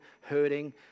hurting